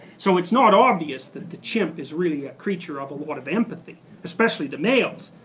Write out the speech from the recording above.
so it's not obvious the the chimp is really a creature of a lot of empathy especially the males.